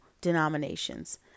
denominations